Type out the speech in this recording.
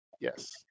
Yes